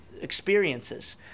experiences